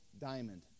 Diamond